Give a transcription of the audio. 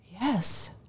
yes